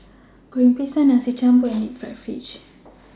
Goreng Pisang Nasi Campur and Deep Fried Fish